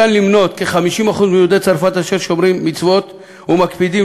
כ-50% מיהודי צרפת שומרים מצוות ומקפידים